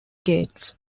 gates